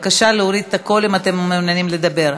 בבקשה להוריד את הקול אם אתם מעוניינים לדבר.